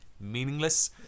meaningless